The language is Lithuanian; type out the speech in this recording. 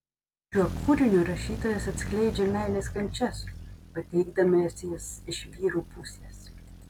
šiuo kūriniu rašytojas atskleidžia meilės kančias pateikdamas jas iš vyrų pusės